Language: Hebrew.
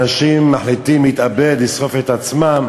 אנשים מחליטים להתאבד, לשרוף את עצמם.